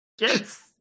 Yes